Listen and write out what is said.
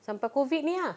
sampai COVID ini ah